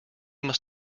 must